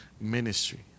ministry